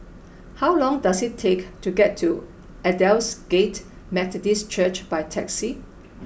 how long does it take to get to Aldersgate Methodist Church by taxi